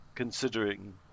Considering